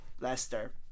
Leicester